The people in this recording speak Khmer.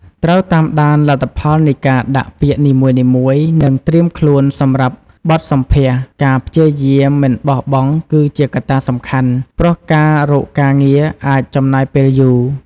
ត្រូវតាមដានលទ្ធផលនៃការដាក់ពាក្យនីមួយៗ និងត្រៀមខ្លួនសម្រាប់បទសម្ភាសន៍ ការព្យាយាមមិនបោះបង់គឺជាកត្តាសំខាន់ ព្រោះការរកការងារអាចចំណាយពេលយូរ។